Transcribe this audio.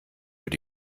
wird